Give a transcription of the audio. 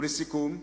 לסיכום,